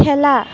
খেলা